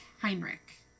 Heinrich